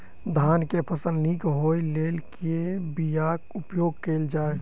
धान केँ फसल निक होब लेल केँ बीया उपयोग कैल जाय?